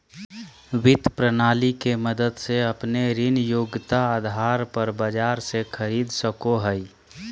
वित्त प्रणाली के मदद से अपने ऋण योग्यता आधार पर बाजार से खरीद सको हइ